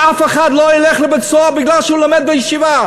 ואף אחד לא ילך לבית-סוהר כי הוא לומד בישיבה.